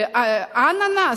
אננס?